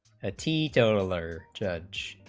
ah t. taylor judge